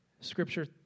Scripture